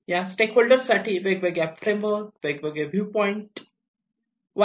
ह्या stakeholders साठी वेगवेगळ्या फ्रेमवर्क वेगवेगळे व्यू पॉईंट 1